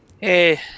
Hey